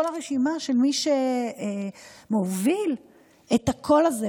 הרשימה של מי שמובילים את הקול הזה,